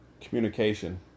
Communication